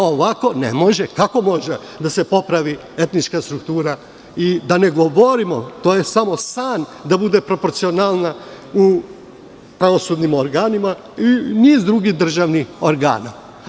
Ovako ne može, kako može da se popravi etnička struktura i da ne govorimo jer to je samo san da bude proporcionalna u pravosudnim organima i niz drugih državnih organa.